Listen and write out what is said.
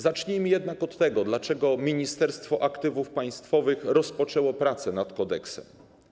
Zacznijmy jednak od tego, dlaczego Ministerstwo Aktywów Państwowych rozpoczęło prace nad kodeksem.